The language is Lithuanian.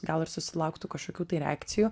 gal ir susilauktų kažkokių tai reakcijų